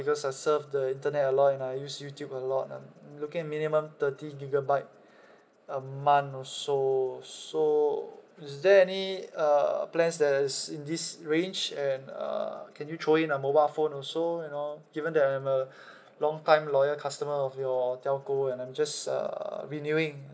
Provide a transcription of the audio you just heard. because I surf the internet a lot and I use YouTube a lot ah I'm looking at minimum thirty gigabyte a month or so so is there any uh plans that is in this range and uh can you throw in a mobile phone also you know given that I'm a long time loyal customer of your telco and I'm just uh renewing